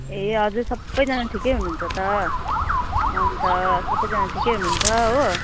ए हजुर सबैजना ठिकै हुनुहुन्छ त अन्त सबैजना ठिकै हुनुहुन्छ हो